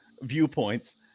viewpoints